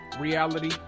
Reality